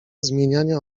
zmieniania